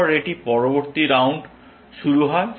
তারপর এটি পরবর্তী রাউন্ড শুরু হয়